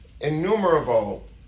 Innumerable